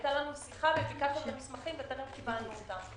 היתה לנו שיחה וביקשנו מסמכים וטרם קיבלנו אותם.